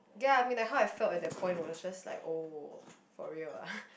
ya I mean like how I felt at that point was just like oh for real ah